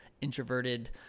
introverted